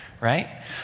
right